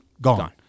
Gone